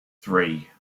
three